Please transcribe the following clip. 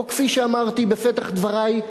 או כפי שאמרתי בפתח דברי,